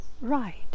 right